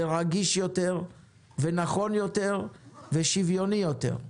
רגיש יותר, נכון יותר ושוויוני יותר.